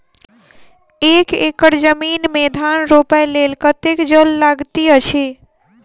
एक एकड़ जमीन मे धान रोपय लेल कतेक जल लागति अछि?